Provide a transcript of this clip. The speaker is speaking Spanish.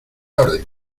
orden